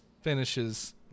finishes